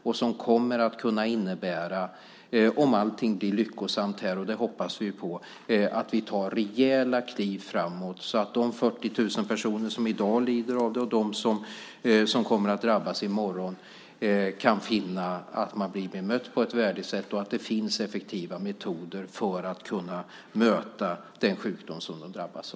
Om allt blir lyckosamt - och det hoppas vi - kommer det att kunna innebära att vi tar rejäla kliv framåt så att de 40 000 personer som i dag lider av det och de som kommer att drabbas i morgon blir bemötta på ett värdigt sätt och att det finns effektiva metoder för att möta den sjukdom som de har drabbats av.